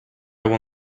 will